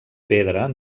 pedra